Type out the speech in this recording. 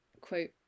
quote